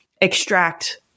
extract